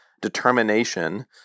determination